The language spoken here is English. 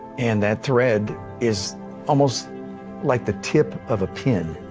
and that thread is almost like the tip of a pin,